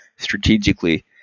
strategically